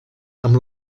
amb